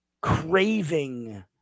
craving